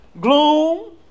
gloom